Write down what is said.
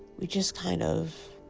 we just kind of.